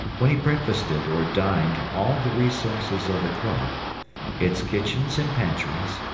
when he breakfasted or dined all the resources of the club its kitchens and pantries,